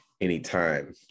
anytime